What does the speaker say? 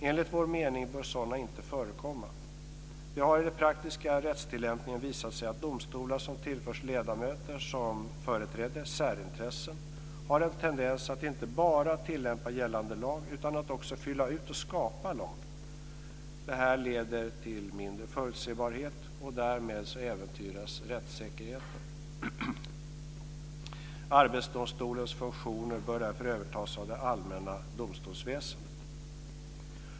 Enligt vår mening bör sådana inte förekomma. Det har i den praktiska rättstillämpningen visat sig att domstolar som tillförs ledamöter som företräder särintressen har en tendens att inte bara tillämpa gällande lag utan att också fylla ut och skapa lag. Detta leder till mindre förutsebarhet, och därmed äventyras rättssäkerheten. Arbetsdomstolens funktioner bör därför övertas av det allmänna domstolsväsendet.